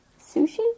Sushi